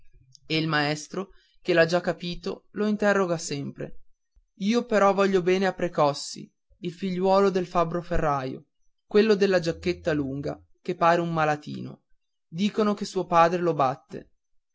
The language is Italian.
e il maestro che l'ha già capito lo interroga sempre io però voglio bene a precossi il figliuolo del fabbro ferraio quello della giacchetta lunga che pare un malatino dicono che suo padre lo batte